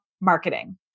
marketing